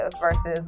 versus